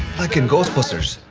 like in ghostbusters?